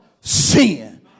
sin